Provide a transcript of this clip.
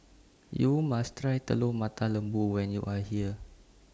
YOU must Try Telur Mata Lembu when YOU Are here